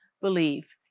believe